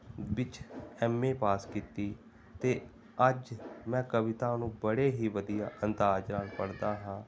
ਵਿੱਚ M A pass ਕੀਤੀ ਅਤੇ ਅੱਜ ਮੈਂ ਕਵਿਤਾ ਨੂੰ ਬੜੇ ਹੀ ਵਧੀਆ ਅੰਦਾਜ਼ ਨਾਲ਼ ਪੜ੍ਹਦਾ ਹਾਂ